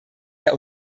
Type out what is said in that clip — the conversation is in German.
der